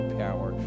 power